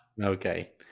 Okay